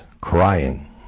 crying